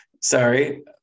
Sorry